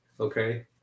Okay